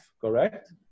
Correct